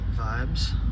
vibes